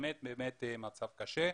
באמת באמת מצב קשה.